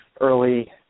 early